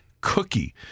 cookie